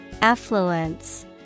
Affluence